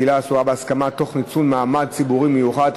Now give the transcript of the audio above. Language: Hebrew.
בעילה אסורה בהסכמה תוך ניצול מעמד ציבורי מיוחד),